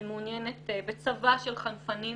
היא מעוניינת בצבא של חנפנים